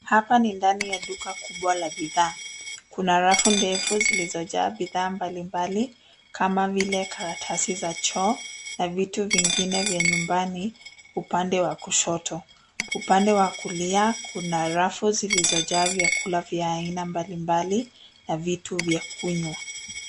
Hapa ni ndani ya duka kubwa la bidhaa, kuna rafu, ndefu zilizojaa bidhaa mbali mbali kama vile karatasi za joo na vitu vingine vya nyumbani upande wa kushoto, upande wa kulia kuna rafu zilizo jaa vyakula vya aina mbali mbali na vitu vya kunywa.